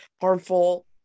harmful